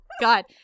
God